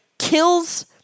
kills